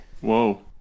Whoa